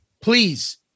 Please